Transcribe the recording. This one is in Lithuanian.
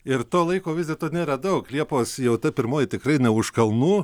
ir to laiko vis dėlto nėra daug liepos jau ta pirmoji tikrai ne už kalnų